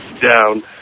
down